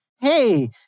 hey